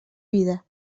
vida